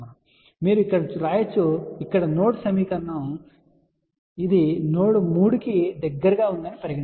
కాబట్టి మీరు ఇక్కడ వ్రాయవచ్చు ఇక్కడ నోడ్ సమీకరణాన్ని ఇక్కడ చెప్పండి ఇది నోడ్ 3 దగ్గర గా పరిగణించండి